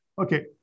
Okay